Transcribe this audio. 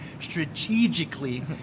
strategically